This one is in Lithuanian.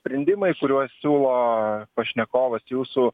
sprendimai kuriuos siūlo pašnekovas jūsų